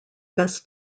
best